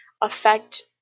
affect